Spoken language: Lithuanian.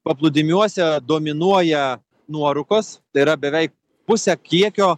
paplūdimiuose dominuoja nuorūkos tai yra beveik pusė kiekio